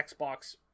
xbox